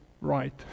right